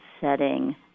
setting